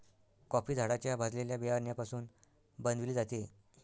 coffee झाडाच्या भाजलेल्या बियाण्यापासून बनविली जाते